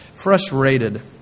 Frustrated